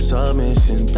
Submission